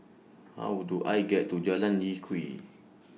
How Do I get to Jalan Lye Kwee